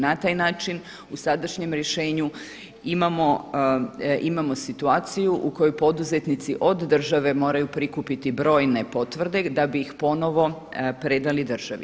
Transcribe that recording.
Na taj način u sadašnjem rješenju imamo situaciju u kojoj poduzetnici od države moraju prikupiti brojne potvrde da bi ih ponovo predali državi.